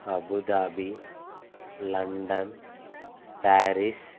Abu Dhabi London Paris